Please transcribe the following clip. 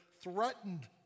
threatened